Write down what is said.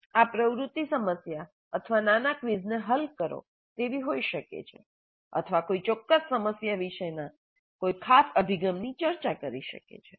આ પ્રવૃત્તિ સમસ્યા અથવા નાના ક્વિઝને હલ કરો તેવી હોય શકે છે અથવા કોઈ ચોક્કસ સમસ્યા વિશેના કોઈ ખાસ અભિગમની ચર્ચા કરી શકે છે